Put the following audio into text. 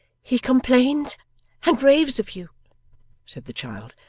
he complains and raves of you said the child,